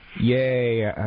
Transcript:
Yay